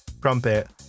Crumpet